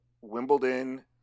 Wimbledon